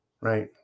right